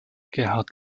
gerhard